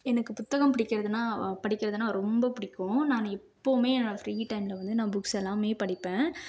எனக்கு புத்தகம் படிக்கிறதுன்னா படிக்கிறதுன்னால் ரொம்ப பிடிக்கும் நான் இப்பவுமே என்னோட ஃப்ரீ டயமில் வந்து நான் புக்ஸ் எல்லாமே படிப்பேன்